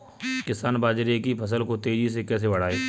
किसान बाजरे की फसल को तेजी से कैसे बढ़ाएँ?